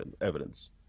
evidence